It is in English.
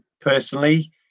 Personally